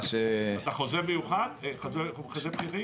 אתה חוזה מיוחד, חוזה בכירים?